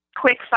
quick